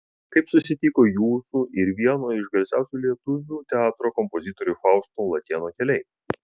kaip susitiko jūsų ir vieno iš garsiausių lietuvių teatro kompozitorių fausto latėno keliai